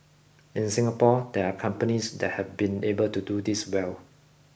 in Singapore there are companies that have been able to do this well